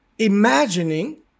Imagining